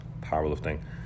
powerlifting